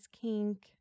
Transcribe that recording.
Kink